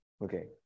okay